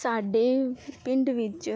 ਸਾਡੇ ਪਿੰਡ ਵਿੱਚ